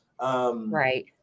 Right